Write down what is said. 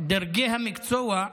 דרגי המקצוע,